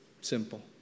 Simple